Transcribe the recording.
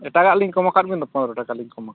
ᱮᱴᱟᱜᱟᱜ ᱞᱤᱧ ᱠᱚᱢ ᱟᱠᱟᱜ ᱵᱮᱱ ᱫᱚ ᱯᱚᱱᱨᱚ ᱴᱟᱠᱟ ᱞᱤᱧ ᱠᱚᱢ ᱟᱠᱟᱜ ᱵᱤᱱᱟ